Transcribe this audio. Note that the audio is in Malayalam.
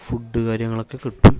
ഫുഡ് കാര്യങ്ങളൊക്കെ കിട്ടും